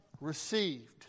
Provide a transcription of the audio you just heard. received